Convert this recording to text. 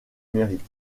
mérite